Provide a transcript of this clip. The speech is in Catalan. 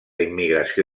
immigració